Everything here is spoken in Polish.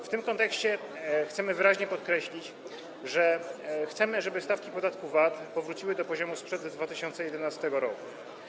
W tym kontekście chcemy wyraźnie podkreślić, że chcemy, żeby stawki podatku VAT powróciły do poziomu sprzed 2011 r.